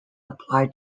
apply